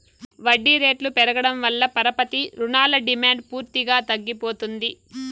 వడ్డీ రేట్లు పెరగడం వల్ల పరపతి రుణాల డిమాండ్ పూర్తిగా తగ్గిపోతుంది